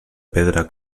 pedra